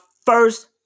first